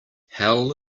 hell